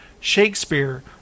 shakespeare